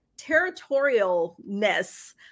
territorialness